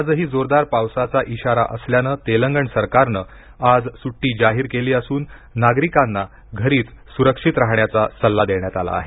आजही जोरदार पावसाचा इशारा असल्यानं तेलंगण सरकारनं आज स्टी जाहीर केली असून नागरिकांना घरीच स्रक्षित राहण्याचा सल्ला देण्यात आला आहे